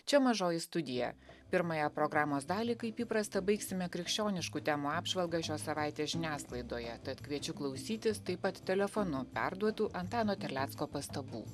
čia mažoji studija pirmąją programos dalį kaip įprasta baigsime krikščioniškų temų apžvalga šią savaitę žiniasklaidoje tad kviečiu klausytis taip pat telefonu perduotų antano terlecko pastabų